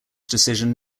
decision